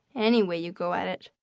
any way you go at it.